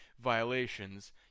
violations